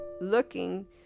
looking